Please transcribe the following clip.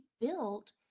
built